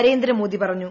നരേന്ദ്രമോദ്ദു പറഞ്ഞു